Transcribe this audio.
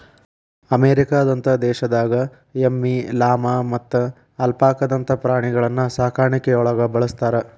ಅಮೇರಿಕದಂತ ದೇಶದಾಗ ಎಮ್ಮಿ, ಲಾಮಾ ಮತ್ತ ಅಲ್ಪಾಕಾದಂತ ಪ್ರಾಣಿಗಳನ್ನ ಸಾಕಾಣಿಕೆಯೊಳಗ ಬಳಸ್ತಾರ